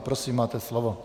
Prosím, máte slovo.